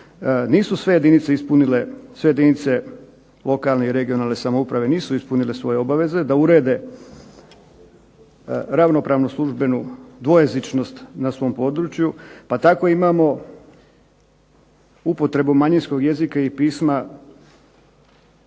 nisu sve jedinice ispunile, sve jedinice lokalne i regionalne samouprave nisu ispunile svoje obaveze da urede ravnopravnu službenu dvojezičnost na svom području, pa tako imamo upotrebu manjinskog jezika i pisma